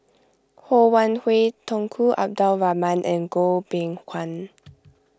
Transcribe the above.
Ho Wan Hui Tunku Abdul Rahman and Goh Beng Kwan